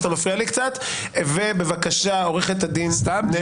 אנחנו יכולים גם לקבוע שחוקי יסוד מכאן ולהבא